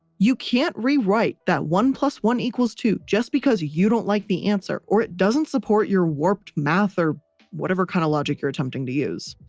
you can't rewrite that one plus one equals two, just because you don't like the answer or it doesn't support your warped math or whatever kinda logic you're attempting to use.